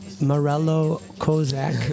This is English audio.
Morello-Kozak